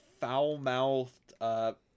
foul-mouthed